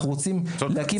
אנחנו רוצים להקים תוכנית.